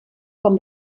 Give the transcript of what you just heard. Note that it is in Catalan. com